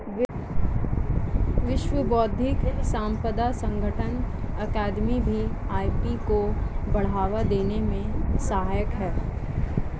विश्व बौद्धिक संपदा संगठन अकादमी भी आई.पी को बढ़ावा देने में सहायक है